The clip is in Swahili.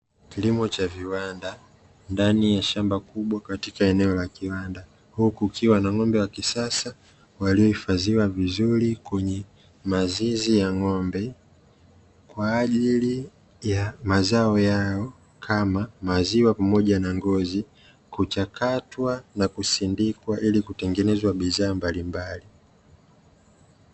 Kilimo cha viwanda, ndani ya shamba kubwa katika eneo la kiwanda, huku kukiwa na ng'ombe wa kisasa waliohifadhiwa vizuri kwenye mazizi ya ng'ombe kwa ajili ya mazao yao; kama maziwa pamoja na ngozi, kuchakatwa na kusindikwa ili kutengenezwa bidhaa mbalimbali.